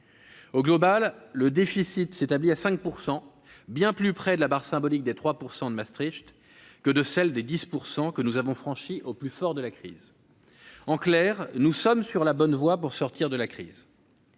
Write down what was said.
Au global, le niveau du déficit s'établit à 5 %, bien plus près de la barre symbolique des 3 % de Maastricht que de celle des 10 % que nous avons franchie au plus fort de la crise. En clair, nous sommes sur la bonne voie pour sortir de cette crise.